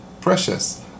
precious